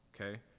okay